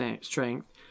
strength